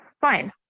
Fine